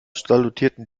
salutierten